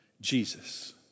Jesus